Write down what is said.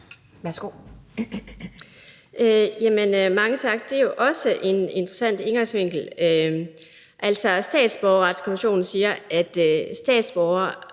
Kronborg (RV): Mange tak. Det er jo også en interessant indgangsvinkel. Altså, statsborgerretskonventionen siger, at